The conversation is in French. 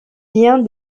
bien